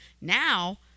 now